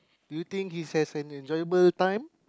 do you think he has an enjoyable time